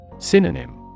Synonym